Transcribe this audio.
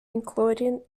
including